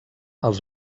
els